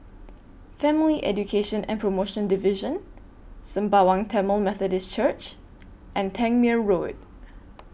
Family Education and promotion Division Sembawang Tamil Methodist Church and Tangmere Road